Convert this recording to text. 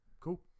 Cool